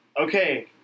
okay